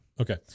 Okay